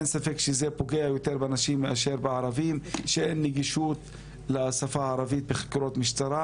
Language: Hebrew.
אין ספק שכשאין נגישות לשפה הערבית בחקירות המשטרה,